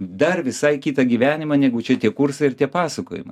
dar visai kitą gyvenimą negu čia tie kursai ir tie pasakojimai